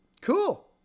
Cool